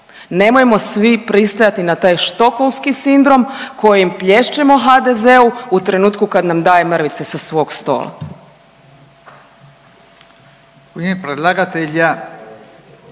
nemojmo svi pristajati na taj štokholmski sindrom kojim plješćemo HDZ-u u trenutku kad nam daje mrvice sa svog stola.